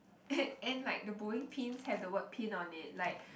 and like bowling pins have the word pin on it like